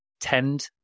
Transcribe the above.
tend